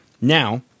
Now